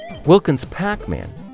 Wilkins-Pac-Man